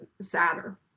sadder